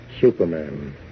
Superman